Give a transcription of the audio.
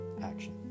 action